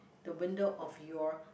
the window of your